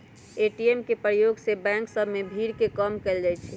ATM के प्रयोग से बैंक सभ में भीड़ के कम कएल जाइ छै